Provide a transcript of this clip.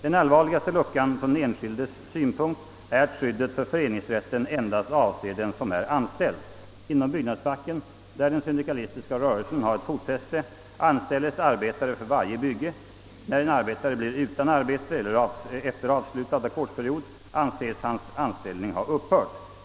Den allvarligaste luckan från den enskildes synpunkt är att skyddet för föreningsrätten endast avser den som är anställd. Inom byggnadsfacken, där den syndikalistiska rörelsen har ett fotfäste, anställes arbetare för varje bygge. När en arbetare blir utan arbete efter avslutad ackordsperiod, anses hans anställning ha upphört.